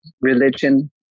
religion